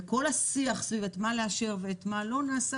וכל השיח סביב את מה לאשר ואת מה לא נעשה